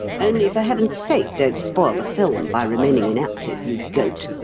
only, for heaven's sake, don't spoil the film by remaining inactive, you goat!